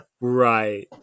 right